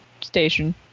station